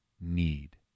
need